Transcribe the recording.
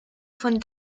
von